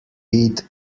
heat